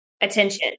attention